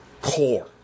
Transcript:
core